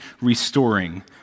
restoring